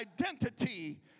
identity